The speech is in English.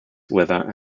weather